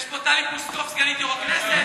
יש פה טלי פלוסקוב סגנית יושב-ראש הכנסת.